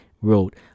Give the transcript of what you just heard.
wrote